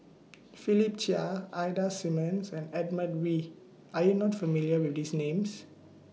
Philip Chia Ida Simmons and Edmund Wee Are YOU not familiar with These Names